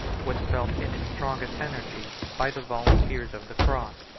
was felt in its strongest energy by the volunteers of the cross,